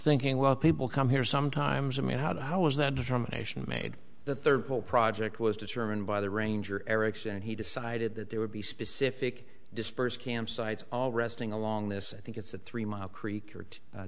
thinking well people come here sometimes i mean how is that determination made the third pole project was determined by the ranger erik's and he decided that there would be specific dispersed campsites all resting along this i think it's a three mile